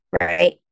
right